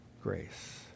grace